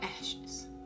ashes